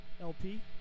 LP